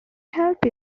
help